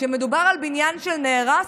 כשמדובר על בניין שנהרס,